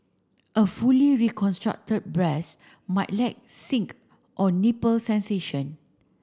a fully reconstructed breast might lack think or nipple sensation